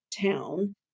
town